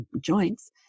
joints